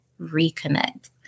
reconnect